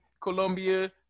Colombia